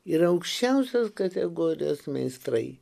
ir aukščiausios kategorijos meistrai